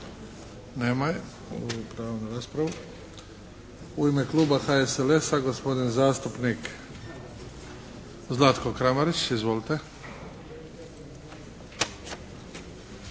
Nema je. Gubi pravo na raspravu. U ime kluba HSLS-a, gospodin zastupnik Zlatko Kramarić. Izvolite.